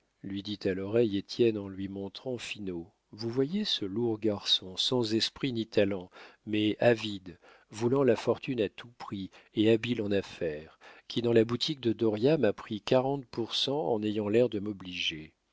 lui dit à l'oreille étienne en lui montrant finot vous voyez ce lourd garçon sans esprit ni talent mais avide voulant la fortune à tout prix et habile en affaires qui dans la boutique de dauriat m'a pris quarante pour cent en ayant l'air de m'obliger